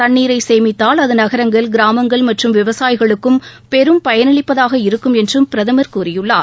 தண்ணீரை சேமித்தால் அது நகரங்கள் கிராமங்கள் மற்றும் விவசாயிகளுக்கும் பெரும் பயனளிப்பதாக இருக்கும் என்றும் பிரதமர் கூறியுள்ளார்